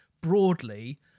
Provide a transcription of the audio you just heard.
broadly